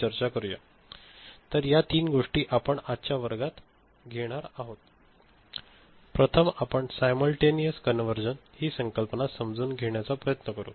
तर या तीन गोष्टी आपण आजच्या वर्गात घेत आहोत प्रथम आपण सायमलटेनियस कन्व्हर्जन ही संकल्पना समजून घेण्याचा प्रयत्न करू